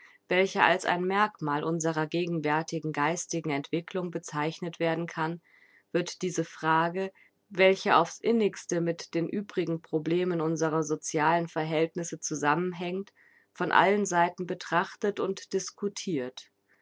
welcher als ein merkmal unserer gegenwärtigen geistigen entwicklung bezeichnet werden kann wird diese frage welche auf's innigste mit den übrigen problemen unserer socialen verhältnisse zusammenhängt von allen seiten betrachtet und discutirt